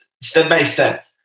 step-by-step